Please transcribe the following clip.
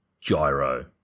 Gyro